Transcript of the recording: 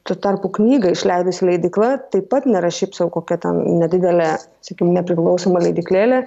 tuo tarpu knygą išleidusi leidykla taip pat nėra šiaip sau kokia ten nedidele sakykim nepriklausoma leidyklėlė